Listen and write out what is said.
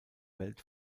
welt